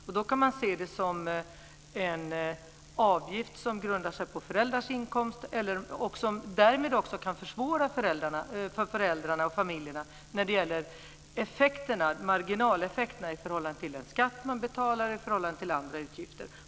Man kan se maxtaxan som en avgift som grundas på föräldrarnas inkomster och som därmed också kan försvåra för föräldrarna och familjerna när det gäller marginaleffekterna i förhållande till den skatt som betalas och i förhållande till andra utgifter.